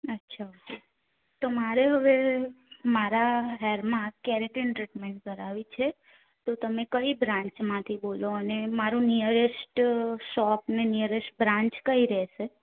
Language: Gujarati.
અચ્છા ઓકે તો મારે હવે મારા હેરમાં કેરેટીન ટ્રીટમેન્ટ કરાવી છે તો તમે કઈ બ્રાન્ચમાંથી બોલો અને મારું નિયરેસ્ટ શોપ ને નિયરેસ્ટ બ્રાન્ચ કઈ રહેશે